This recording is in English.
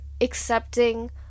accepting